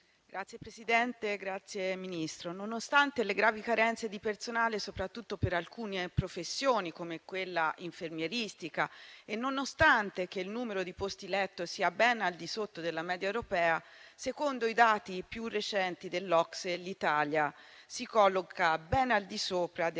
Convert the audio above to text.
Signora Presidente, signor Ministro, colleghi, nonostante le gravi carenze di personale, soprattutto per alcune professioni, come quella infermieristica, e nonostante il numero di posti letto sia ben al di sotto della media europea, secondo i dati più recenti dell'OCSE, l'Italia si colloca ben al di sopra della media europea